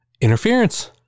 interference